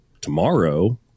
tomorrow